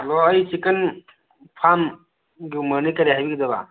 hello ꯑꯩ chicken farm ꯗꯨꯝꯕꯅꯦ ꯀꯩ ꯍꯥꯏꯕꯤꯒꯗꯕ